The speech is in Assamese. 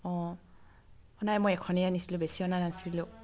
অঁ নাই মই এখনেই আনিছিলোঁ বেছি অনা নাছিলোঁ